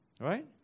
Right